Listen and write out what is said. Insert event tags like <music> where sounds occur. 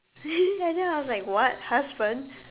<laughs> and then I was like what husband